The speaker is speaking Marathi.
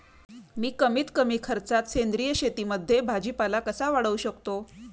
मी कमीत कमी खर्चात सेंद्रिय शेतीमध्ये भाजीपाला कसा वाढवू शकतो?